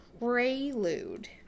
prelude